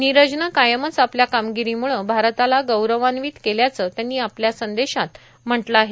नीरजनं कायमच आपल्या कामगिरीमुळं भारताला गौरवान्वित केल्याचं त्यांनी आपल्या संदेशात म्हटलं आहे